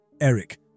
Eric